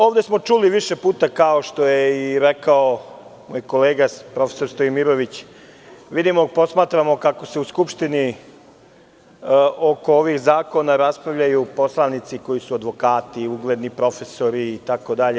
Ovde smo čuli više puta, kao što je i rekao moj kolega prof. Stojmirović, vidimo, posmatramo kako se u Skupštini oko ovih zakona raspravljaju poslanici koji su advokati i ugledni profesori itd.